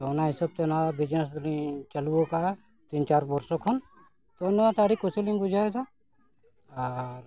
ᱛᱚ ᱚᱱᱟ ᱦᱤᱥᱟᱹᱵ ᱛᱮ ᱱᱚᱣᱟ ᱵᱤᱡᱽᱱᱮᱥ ᱫᱚᱞᱤᱧ ᱪᱟᱹᱞᱩ ᱟᱠᱟᱫᱼᱟ ᱛᱤᱱ ᱪᱟᱨ ᱵᱚᱪᱷᱚᱨ ᱠᱷᱚᱱ ᱛᱚ ᱱᱚᱣᱟ ᱛᱮ ᱟᱹᱰᱤ ᱠᱩᱥᱤ ᱞᱤᱧ ᱵᱩᱡᱷᱟᱹᱣ ᱮᱫᱟ ᱟᱨ